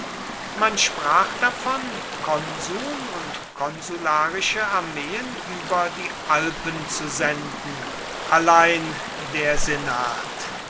man sprach davon konsuln und konsularische armeen über die alpen zu senden allein der senat